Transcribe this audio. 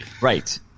right